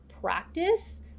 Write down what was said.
practice